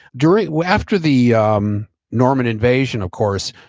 during or after the um norman invasion of course,